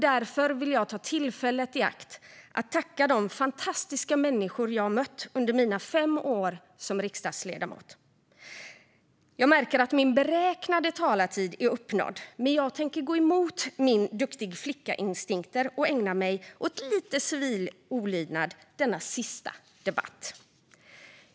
Därför vill jag ta tillfället i akt att tacka de fantastiska människor jag mött under mina fem år som riksdagsledamot. Jag märker att min beräknade talartid är uppnådd, men jag tänker gå emot mina duktig flicka-instinkter och ägna mig åt lite civil olydnad under denna sista debatt.